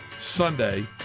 sunday